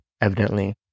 evidently